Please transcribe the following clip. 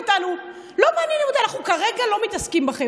אוכלים ארוחת ערב.